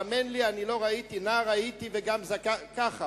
נער הייתי וגם זקנתי,